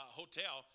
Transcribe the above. hotel